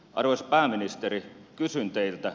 arvoisa pääministeri kysyn teiltä